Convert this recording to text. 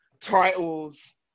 titles